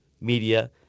media